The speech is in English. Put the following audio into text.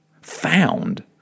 found